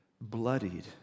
bloodied